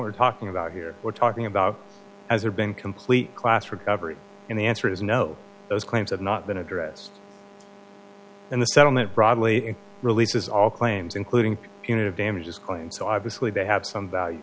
what we're talking about here we're talking about as or been complete class recovery and the answer is no those claims have not been addressed and the settlement broadly releases all claims including punitive damages claim so obviously they have some value